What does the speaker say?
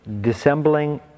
dissembling